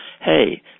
hey